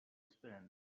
spin